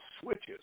switches